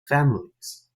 families